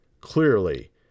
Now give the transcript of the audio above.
clearly